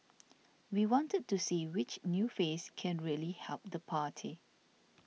we wanted to see which new face can really help the party